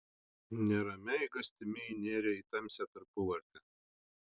neramia eigastimi ji nėrė į tamsią tarpuvartę